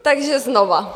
Takže znova.